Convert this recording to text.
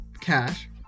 cash